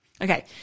Okay